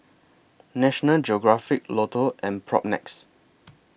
National Geographic Lotto and Propnex